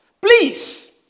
please